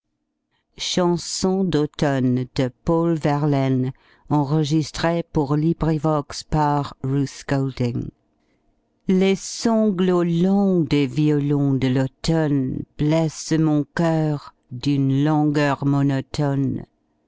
chanson d'automne les sanglots longs des violons de l'automne blessent mon coeur d'une langueur monotone